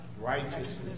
Righteousness